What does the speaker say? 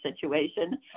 situation